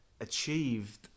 achieved